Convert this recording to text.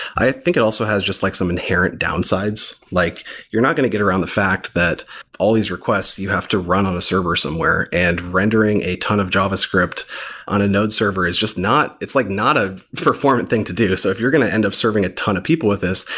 i think it also has just like some inherent downsides, like you're not going to get around the fact that all these requests, you have to run on a server somewhere, and rendering a ton of javascript on a node server is just not it's like not of performant thing to do. so if you're going to end up serving a ton of people with this,